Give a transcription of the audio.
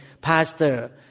Pastor